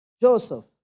Joseph